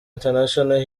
international